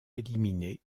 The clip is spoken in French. éliminé